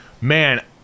man –